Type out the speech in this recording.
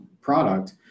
product